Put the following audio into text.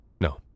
No